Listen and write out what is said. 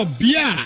beer